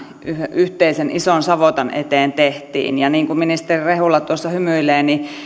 yhteisen ison savotan eteen tehtiin niin kuin ministeri rehula tuossa hymyilee niin